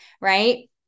right